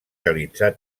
realitzar